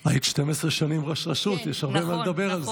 היית 12 שנים ראש רשות, יש הרבה מה לדבר על זה.